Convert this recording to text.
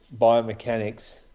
biomechanics